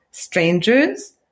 strangers